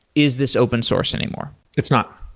is this open source anymore? it's not,